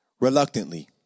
reluctantly